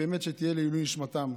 שבאמת תהיה לעילוי נשמתם: